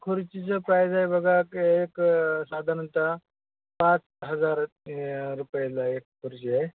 खुर्चीचं price बघा एक साधारणतः पाच हजार रुपयाला एक खुर्ची आहे